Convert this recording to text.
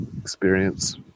experience